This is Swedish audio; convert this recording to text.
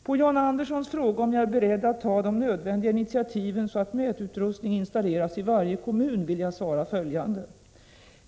På John Anderssons fråga om jag är beredd att ta de nödvändiga initiativen så att mätutrustning installeras i varje kommun vill jag svara följande.